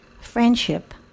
friendship